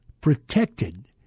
protected